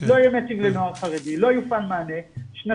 לא יהיה מצ'ינג לנוער חרדי, לא יופעל מענה.